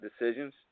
decisions